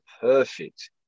perfect